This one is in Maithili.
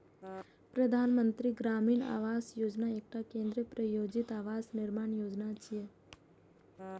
प्रधानमंत्री ग्रामीण आवास योजना एकटा केंद्र प्रायोजित आवास निर्माण योजना छियै